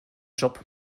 job